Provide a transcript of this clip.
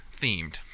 themed